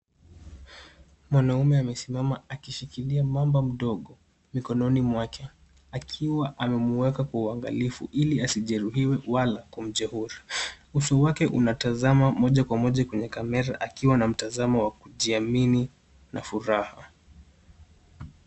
Mwanaume amesimama akishikilia mamba mdogo mikononi mwake, akiwa amemuweka kwa uangaalifu ili asijeruhiwe wala kumjehuri. Uso wake unatazama moja kwa moja kwenye kamera akiwa na mtazamo wa kujiamini na furaha.